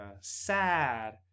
sad